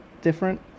different